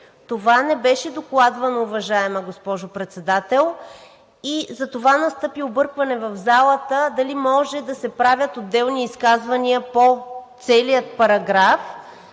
Това не беше докладвано, уважаема госпожо Председател, и затова настъпи объркване в залата – дали може да се правят отделни изказвания по целия параграф